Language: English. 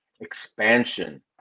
expansion